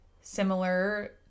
similar